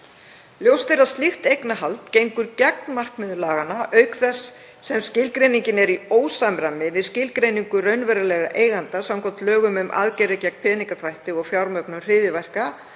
Ljóst er að slíkt eignarhald gengur gegn markmiðum laganna auk þess sem skilgreiningin er í ósamræmi við skilgreiningu raunverulegra eigenda samkvæmt lögum um aðgerðir gegn peningaþvætti og fjármögnun hryðjuverka,